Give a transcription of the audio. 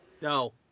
No